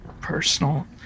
personal